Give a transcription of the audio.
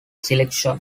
selection